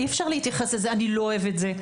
אי-אפשר להתייחס לזה: אני לא אוהב את זה.